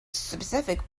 specific